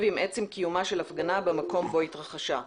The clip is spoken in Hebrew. עם עצם קיומה של הפגנה במקום בו התרחשה".